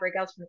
breakouts